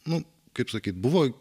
nu kaip sakyt buvo